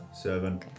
seven